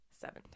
seven